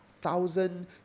thousand